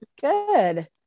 Good